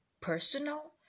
personal